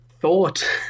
thought